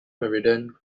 meridian